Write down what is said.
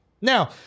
Now